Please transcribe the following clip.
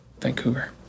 Vancouver